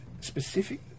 specific